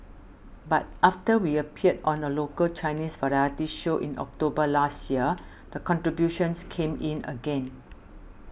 but after we appeared on a local Chinese variety show in October last year the contributions came in again